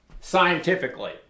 scientifically